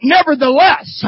nevertheless